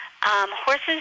Horses